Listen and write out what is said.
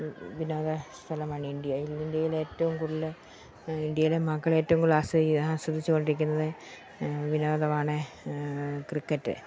വിനോദ സ്ഥലമാണ് ഇന്ത്യ ഇന്ത്യയിലേറ്റവും കൂടുതൽ ഇന്ത്യയിലെ മക്കളേറ്റവും കൂടുതൽ ആസ്വദിക്കു ആസ്വദിച്ചു കൊണ്ടിരിക്കുന്നതെ വിനോദമാണ് ക്രിക്കറ്റ്